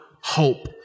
hope